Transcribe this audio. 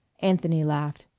anthony laughed.